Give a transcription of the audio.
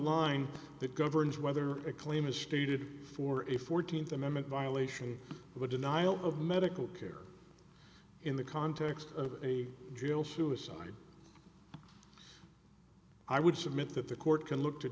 line that governs whether a claim is stated for if fourteenth amendment violation of a denial of medical care in the context of a jail suicide i would submit that the court can look to